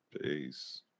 Peace